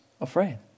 afraid